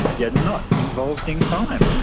yeah not involved in crime?